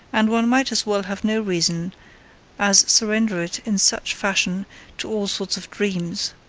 and one might as well have no reason as surrender it in such fashion to all sorts of dreams.